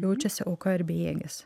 jaučiasi auka ir bejėgis